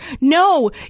No